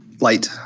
Light